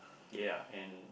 ya and